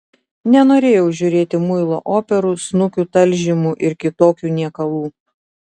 nenorėjau žiūrėti muilo operų snukių talžymų ir kitokių niekalų